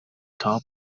top